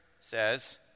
says